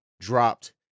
dropped